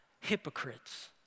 Hypocrites